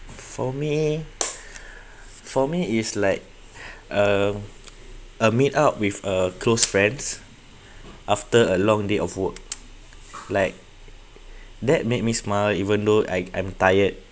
for me for me it's like uh a meet up with uh close friends after a long day of work like that make me smile even though I I'm tired